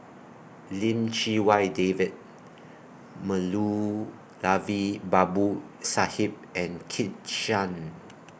Lim Chee Wai David Moulavi Babu Sahib and Kit Chan